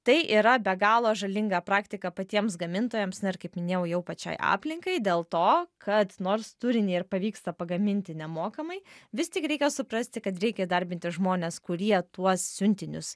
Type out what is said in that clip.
tai yra be galo žalinga praktika patiems gamintojams na ir kaip minėjau jau pačiai aplinkai dėl to kad nors turinį ir pavyksta pagaminti nemokamai vis tik reikia suprasti kad reikia įdarbinti žmones kurie tuos siuntinius